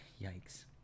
yikes